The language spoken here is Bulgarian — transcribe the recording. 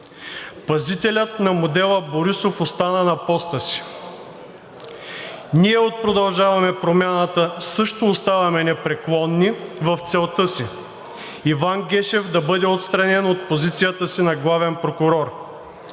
Пазителят на модела „Борисов“ остана на поста си. Ние от „Продължаваме Промяната“ също оставаме непреклонни в целта си Иван Гешев да бъде отстранен от позицията си на главен прокурор.